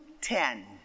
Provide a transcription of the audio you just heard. ten